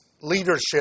leadership